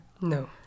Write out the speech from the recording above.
No